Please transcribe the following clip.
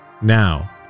now